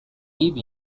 live